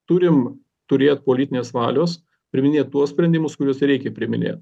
turim turėt politinės valios priiminėt tuos sprendimus kuriuos reikia priminė